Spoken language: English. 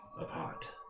apart